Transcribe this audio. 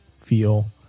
feel